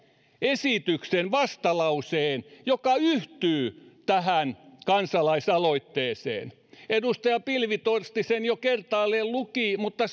esityksen vastalauseen joka yhtyy tähän kansalaisaloitteeseen edustaja pilvi torsti sen jo kertaalleen luki mutta